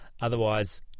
Otherwise